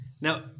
Now